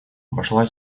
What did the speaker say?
вошла